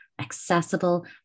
accessible